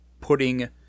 putting